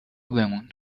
بمون